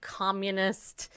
communist